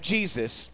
Jesus